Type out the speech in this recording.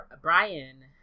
Brian